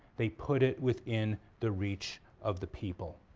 they put it within the reach of the people.